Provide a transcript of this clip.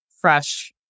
fresh